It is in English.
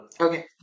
Okay